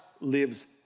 lives